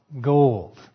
gold